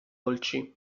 dolci